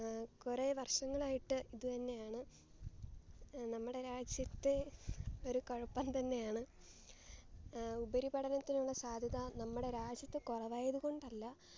കുറേ വർഷങ്ങളായിട്ട് ഇതുതന്നെയാണ് നമ്മുടെ രാജ്യത്തെ ഒരു കുഴപ്പം തന്നെയാണ് ഉപരിപഠനത്തിനുള്ള സാദ്ധ്യത നമ്മുടെ രാജ്യത്ത് കുറവായതുകൊണ്ടല്ല